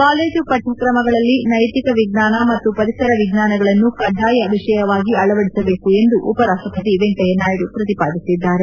college ಪಠ್ತಕ್ರಮಗಳಲ್ಲಿ ನೈತಿಕ ವಿಜ್ಞಾನ ಮತ್ತು ಪರಿಸರ ವಿಜ್ಞಾನಗಳನ್ನು ಕಡ್ಡಾಯ ವಿಷಯವಾಗಿ ಅಳವಡಿಸಬೇಕು ಎಂದು ಉಪರಾಷ್ಟಪತಿ ವೆಂಕಯ್ಯನಾಯ್ಡ ಪ್ರತಿಪಾದಿಸಿದ್ದಾರೆ